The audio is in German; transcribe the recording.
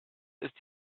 ist